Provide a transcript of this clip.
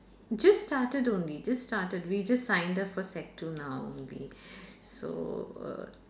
just started only just started we just sign the first sec two now only so err